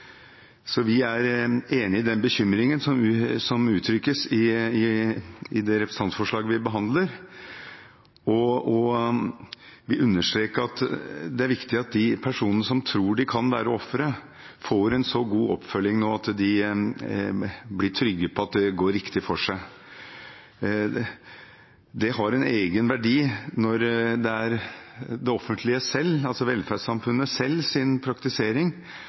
Så vi er enig i den bekymringen som uttrykkes i det representantforslaget vi behandler, og vil understreke at det er viktig at de personene som tror de kan være ofre, nå får en så god oppfølging at de blir trygge på at det går riktig for seg. Det har en egen verdi når det er det offentlige selv, altså velferdssamfunnet selv, og deres praktisering